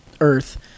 Earth